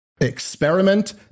experiment